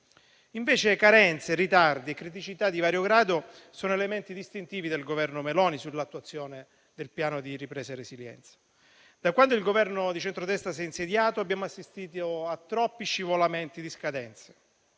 Invece carenze, ritardi e criticità di vario grado sono elementi distintivi del Governo Meloni nell'attuazione del Piano nazionale di ripresa e resilienza. Da quando il Governo di centrodestra si è insediato, abbiamo assistito a troppi scivolamenti di scadenze.